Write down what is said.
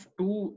two